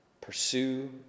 pursue